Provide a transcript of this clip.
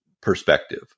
perspective